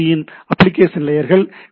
B TCP IP இன் application லேயர்கள் D